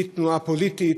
היא תנועה פוליטית,